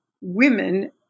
women